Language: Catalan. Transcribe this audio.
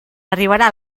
arribarà